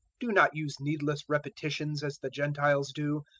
do not use needless repetitions as the gentiles do,